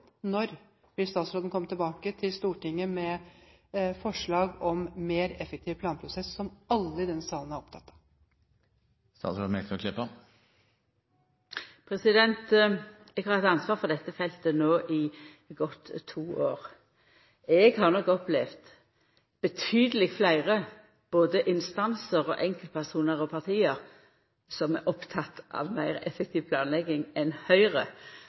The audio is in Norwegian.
til Stortinget med forslag om en mer effektiv planprosess, som alle i denne salen er opptatt av? Eg har hatt ansvar for dette feltet no i godt to år. Eg har nok opplevd betydeleg fleire både instansar, enkeltpersonar og parti som er meir opptekne av meir effektiv planlegging enn Høgre,